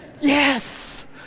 yes